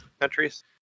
countries